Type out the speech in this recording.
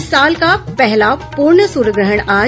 इस साल का पहला पूर्ण सूर्यग्रहण आज